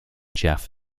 jeff